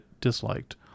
disliked